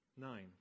Nine